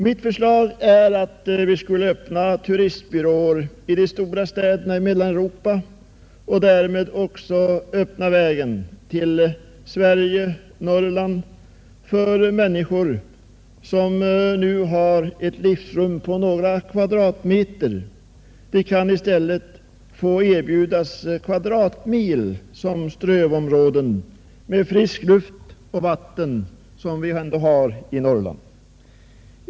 Mitt förslag är att vi skulle öppna turistbyråer i de stora städerna i Mellaneuropa och därmed också öppna vägen till Sverige och Norrland för människor som nu har ett livsrum på några kvadratmeter och som i stället skulle kunna erbjudas kvadratmil som strövområden med frisk luft och vatten som ju finns i Norrland.